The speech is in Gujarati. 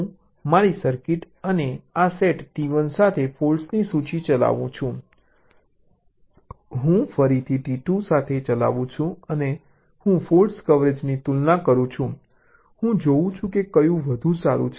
હું મારી સર્કિટ અને આ સેટ T1 સાથે ફોલ્ટ્સની સૂચિ ચલાવું છું હું ફરીથી T2 સાથે ચલાવું છું અને હું ફોલ્ટ કવરેજની તુલના કરું છું હું જોઉં છું કે કયું વધુ સારું છે